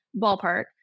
ballpark